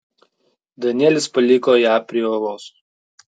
danielis paliko ją prie uolos